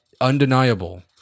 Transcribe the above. Undeniable